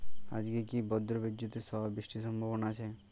আজকে কি ব্রর্জবিদুৎ সহ বৃষ্টির সম্ভাবনা আছে?